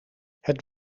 het